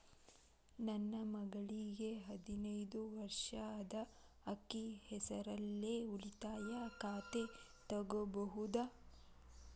ನನ್ನ ಮಗಳಿಗೆ ಹದಿನೈದು ವರ್ಷ ಅದ ಅಕ್ಕಿ ಹೆಸರಲ್ಲೇ ಉಳಿತಾಯ ಖಾತೆ ತೆಗೆಯಬಹುದಾ?